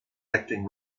acting